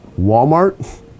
walmart